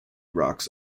rocks